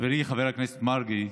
חברי חבר הכנסת מרגי,